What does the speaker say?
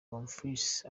bonfils